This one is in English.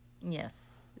Yes